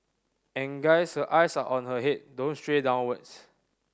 and guys her eyes are on her head don't stray downwards